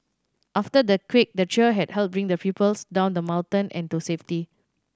after the quake the trio had helped bring the pupils down the mountain and to safety